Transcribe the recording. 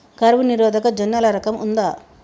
కరువు నిరోధక జొన్నల రకం ఉందా?